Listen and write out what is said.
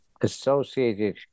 associated